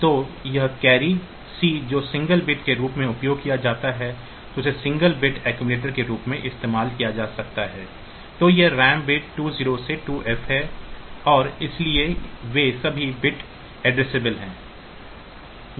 तो यह carry C जो सिंगल बिट के रूप में उपयोग किया जाता है इसे सिंगल बिट अक्सुमुलेटर के रूप में इस्तेमाल किया जा सकता है और यह रैम बिट 20 से 2F है इसलिए वे सभी बिट एड्रेसेबल हैं